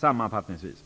Sammanfattningsvis